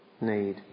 need